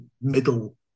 middle